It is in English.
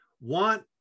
want